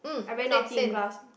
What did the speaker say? I very naughty in class